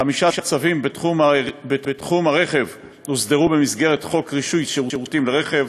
חמישה צווים בתחום הרכב הוסדרו במסגרת חוק רישוי שירותים לרכב,